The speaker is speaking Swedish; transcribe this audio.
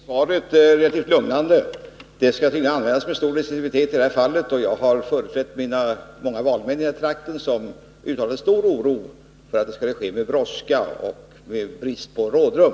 Herr talman! Jag finner svaret relativt lugnande. Undantagsregeln skall tydligen användas med stor restriktivitet i detta fall. Jag företräder här mina många valmän i denna trakt som har uttalat stark oro för att beslut om delning skulle fattas med stor brådska och med brist på rådrum.